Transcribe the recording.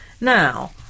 Now